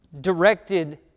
directed